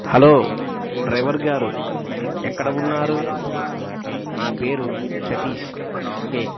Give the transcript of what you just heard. hello driver గారు ఎక్కడ ఉన్నారు నా పేరు సతీష్ కే